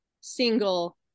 single